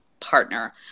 Partner